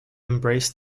embraced